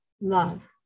Love